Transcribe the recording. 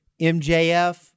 MJF